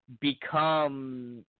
become